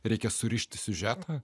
reikia surišti siužetą